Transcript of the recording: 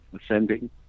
ascending